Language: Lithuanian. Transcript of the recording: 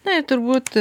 na ir turbūt